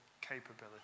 capability